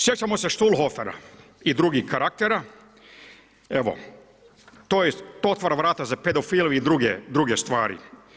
Sjećamo se Štulhofera i drugih karaktera, to otvara vrata za pedofile i druge stvari.